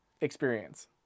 experience